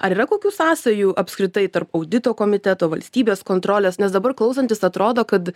ar yra kokių sąsajų apskritai tarp audito komiteto valstybės kontrolės nes dabar klausantis atrodo kad